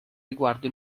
riguardo